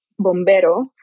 bombero